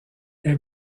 est